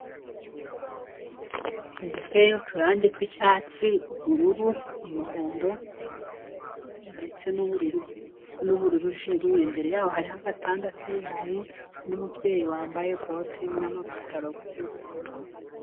Inzu iteye uturangi tw'icyatsi, ubururu, umuhondo ndetse n'ubururujuru, imbere yaho hariho agatanda k'ibirayi n'umubyeyi wambaye bote n'amapataro y'ubururu.